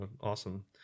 awesome